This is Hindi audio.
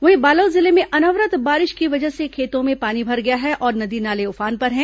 वहीं बालोद जिले में अनवरत बारिश की वजह से खेतों में पानी भर गया है और नदी नाले उफान पर हैं